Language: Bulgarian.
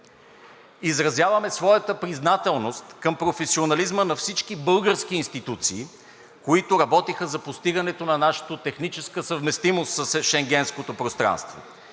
изразяваме своята признателност към професионализма на всички български институции, които работеха за постигането на нашата техническа съвместимост с Шенгенското пространство